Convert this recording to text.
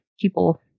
people